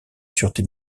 sûreté